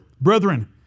Brethren